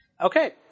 Okay